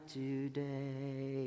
today